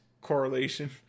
correlation